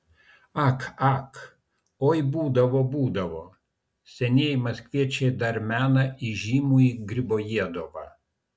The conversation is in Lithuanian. ak ak oi būdavo būdavo senieji maskviečiai dar mena įžymųjį gribojedovą